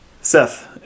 Seth